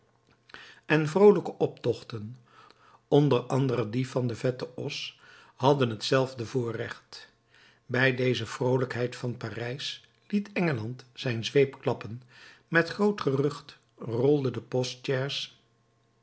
en vroolijke optochten onder andere die van den vetten os hadden hetzelfde voorrecht bij deze vroolijkheid van parijs liet engeland zijn zweep klappen met groot gerucht rolde de postchais